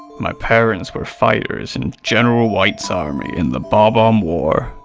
my parents were fighters in general white's army in the bob-omb war.